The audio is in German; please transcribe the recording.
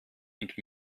und